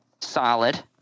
solid